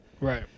Right